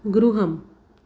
गृहम्